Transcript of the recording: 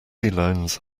loans